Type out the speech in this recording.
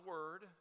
Word